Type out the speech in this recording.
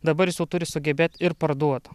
dabar jis jau turi sugebėt ir parduot